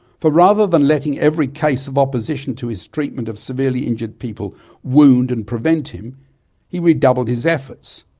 for rather than letting every case of opposition to his treatment of severely injured people wound and prevent him he redoubled his efforts,